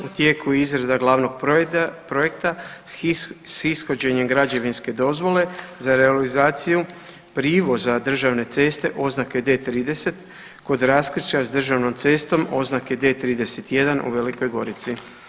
U tijeku je izrada glavnog projekta s ishođenjem građevinske dozvole za realizaciju privoza državne ceste oznake D30 kod raskršća s državnom cestom oznake D31 u Velikoj Gorici.